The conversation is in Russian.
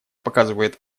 показывает